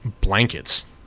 blankets